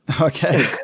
Okay